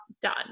done